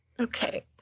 Okay